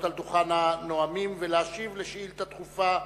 על דוכן הנואמים ולהשיב על שאילתא דחופה מס'